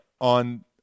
on